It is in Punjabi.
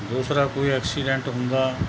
ਦੂਸਰਾ ਕੋਈ ਐਕਸੀਡੈਂਟ ਹੁੰਦਾ